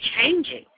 changing